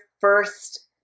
first